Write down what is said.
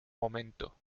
momento